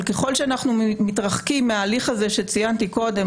אבל ככל שאנחנו מתרחקים מההליך הזה שציינתי קודם